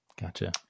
gotcha